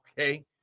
okay